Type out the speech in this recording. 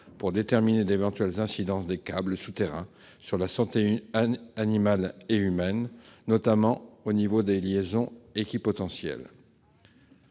pour déterminer d'éventuelles incidences des câbles souterrains sur la santé humaine et animale, notamment au niveau des liaisons équipotentielles.